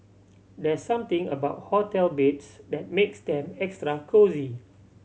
there's something about hotel beds that makes them extra cosy